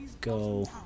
go